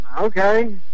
okay